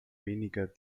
weniger